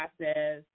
process